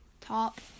top